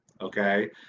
okay